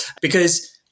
because-